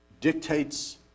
dictates